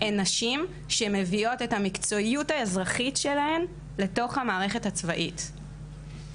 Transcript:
הן נשים שמביאות את המקצועיות האזרחית שלהן לתוך המערכת הצבאית.